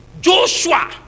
Joshua